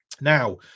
Now